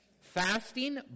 Fasting